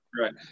Right